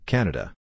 Canada